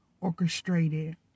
orchestrated